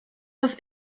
was